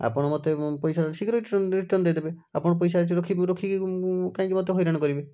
ଆପଣ ମୋତେ ମୋ ପଇସା ଶୀଘ୍ର ରିର୍ଟନ୍ ଦେଇଦେବେ ଆପଣ ପଇସା ରଖିକି କାଇଁକି ମୋତେ ହଇରାଣ କରିବେ